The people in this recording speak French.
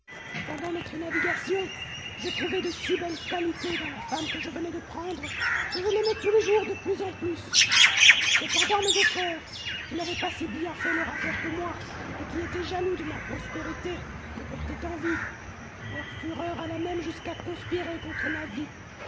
pendant notre navigation je trouvai de si belles qualités dans la femme que je venais de prendre que je l'aimais tous les jours de plus en plus cependant mes deux frères qui n'avaient pas si bien fait leurs affaires que moi et qui étaient jaloux de ma prospérité me portaient envie leur fureur alla même jusqu'à conspirer contre ma vie